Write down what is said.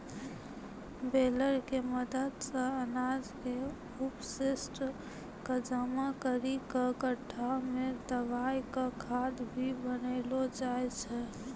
baler के मदद सॅ अनाज के अपशिष्ट क जमा करी कॅ गड्ढा मॅ दबाय क खाद भी बनैलो जाय छै